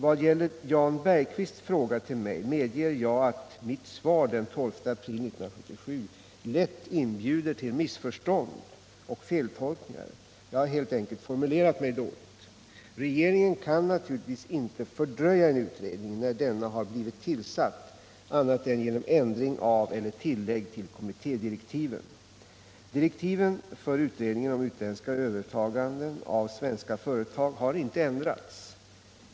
Vad gäller Jan Bergqvists fråga till mig, medger jag att mitt svar den 12 april 1977 lätt inbjuder till missförstånd och feltolkningar. Jag har helt enkelt formulerat mig dåligt. Regeringen kan naturligtvis inte ”fördröja” en utredning, när denna har blivit tillsatt, annat än genom ändring av eller tillägg till kommittédirektiven. Direktiven för utredningen om utländska övertaganden av svenska företag har inte ändrats.